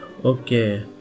Okay